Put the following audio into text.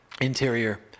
interior